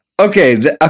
okay